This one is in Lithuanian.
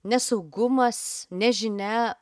nesaugumas nežinia